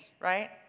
right